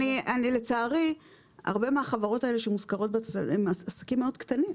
לצערי הרבה מהחברות האלה שמוזכרות בתוספת הן עסקים מאוד קטנים.